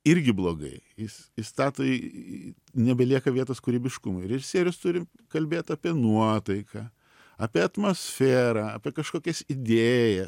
irgi blogai jis įstato į nebelieka vietos kūrybiškumui režisierius turi kalbėt apie nuotaiką apie atmosferą apie kažkokias idėja